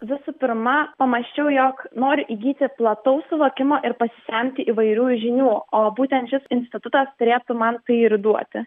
visų pirma pamąsčiau jog noriu įgyti plataus suvokimo ir pasisemti įvairių žinių o būtent šis institutas turėtų man tai ir duoti